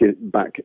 back